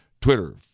Twitter